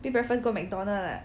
big breakfast go McDonald lah